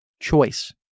choice